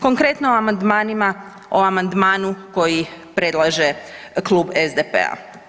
Konkretno o amandmanima, o amandmanu koji predlaže Klub SDP-a.